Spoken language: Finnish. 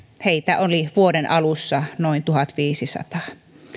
heitä oli vuoden alussa noin tuhatviisisataa